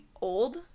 old